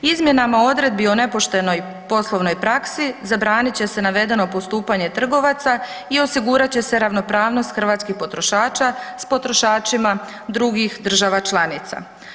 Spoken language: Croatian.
Izmjenama odredbi o nepoštenoj poslovnoj praksi zabranit će se navedeno postupanje trgovaca i osigurat će se ravnopravnost hrvatskih potrošača s potrošačima drugih država članica.